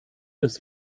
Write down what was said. des